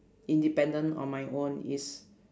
independent on my own is